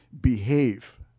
behave